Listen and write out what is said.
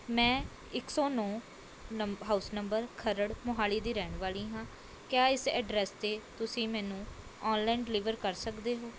ਮੈਂ ਇੱਕ ਸੌ ਨੌ ਨੰਬ ਹਾਊਸ ਨੰਬਰ ਖਰੜ ਮੋਹਾਲੀ ਦੀ ਰਹਿਣ ਵਾਲੀ ਹਾਂ ਕਿਆ ਇਸ ਐਡਰੈੱਸ 'ਤੇ ਤੁਸੀਂ ਮੈਨੂੰ ਔਨਲਾਈਨ ਡਿਲੀਵਰ ਕਰ ਸਕਦੇ ਹੋ